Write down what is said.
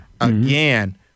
Again